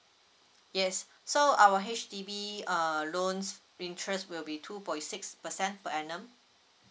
yes so our H_D_B uh loans interest will be two point six percent per annum